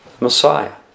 Messiah